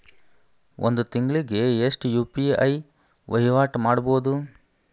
ಒಂದ್ ತಿಂಗಳಿಗೆ ಎಷ್ಟ ಯು.ಪಿ.ಐ ವಹಿವಾಟ ಮಾಡಬೋದು?